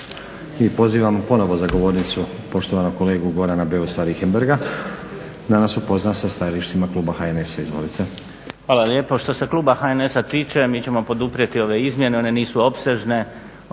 i pozivam ponovo za govornicu poštovanog kolegu Gorana Beusa-Richembergha da nas upozna sa stajalištima kluba HNS-a. Izvolite. **Beus Richembergh, Goran (HNS)** Hvala lijepo. Što se kluba HNS-a tiče mi ćemo poduprijeti ove izmjene. One nisu opsežne,